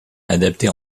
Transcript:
adaptée